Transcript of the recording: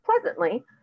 pleasantly